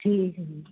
ਠੀਕ ਵੀਰ ਜੀ